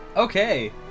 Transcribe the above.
Okay